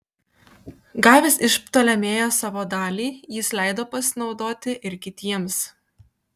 gavęs iš ptolemėjo savo dalį jis leido pasinaudoti ir kitiems